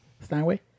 Steinway